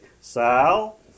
Sal